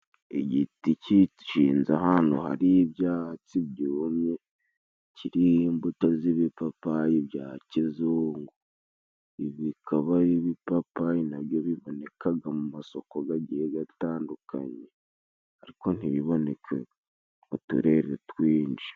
Igiti kicinze ahantu hari ibyatsi byumye kiriho imbuto z'ibipapayi bya kizungu ,ibi bikaba ari ibipapayi na byo bibonekaga mu masoko gagiye gatandukanye ariko ntibiboneke mu turere twinshi.